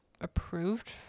approved